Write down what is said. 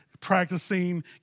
practicing